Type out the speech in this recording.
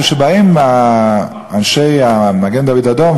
כשבאים אנשי מגן-דוד-אדום,